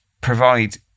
provide